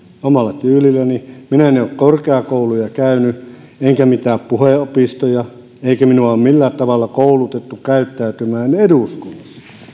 omalla tyylilläni minä en ole korkeakouluja käynyt enkä mitään puhe opistoja eikä minua ole millään tavalla koulutettu käyttäytymään eduskunnassa